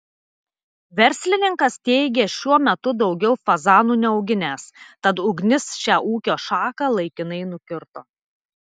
verslininkas teigė šiuo metu daugiau fazanų neauginęs tad ugnis šią ūkio šaką laikinai nukirto